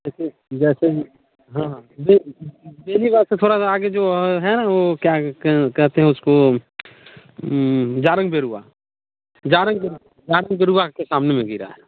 जैसे जैसे हाँ हाँ बेनिवार से थोड़ा सा आगे जो है ना वह क्या कहते हैं उसको जारंग बेरुआ जारंग बेरुआ जारंग बेरुआ के सामने में गिरा है